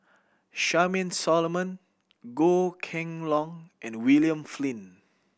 Charmaine Solomon Goh Kheng Long and William Flint